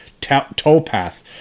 towpath